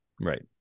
Right